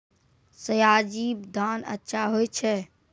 सयाजी धान अच्छा होय छै?